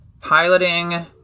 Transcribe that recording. Piloting